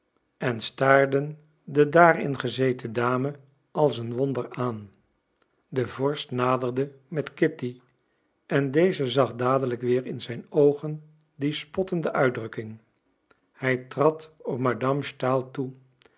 en staarden de daarin gezeten dame als een wonder aan de vorst naderde met kitty en deze zag dadelijk weer in zijn oogen die spottende uitdrukking hij trad op madame stahl toe